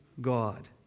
God